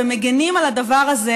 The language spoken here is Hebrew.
כאן, איפה שאני עומדת עכשיו.